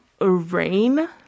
rain